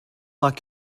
like